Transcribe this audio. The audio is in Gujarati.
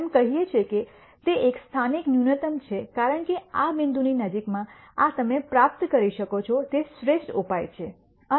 અમે કહીએ છીએ કે તે એક સ્થાનિક ન્યુનત્તમ છે કારણ કે આ બિંદુની નજીકમાં આ તમે પ્રાપ્ત કરી શકો છો તે શ્રેષ્ઠ ઉપાય છે